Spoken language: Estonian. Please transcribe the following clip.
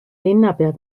linnapea